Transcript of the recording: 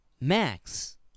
Max